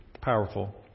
powerful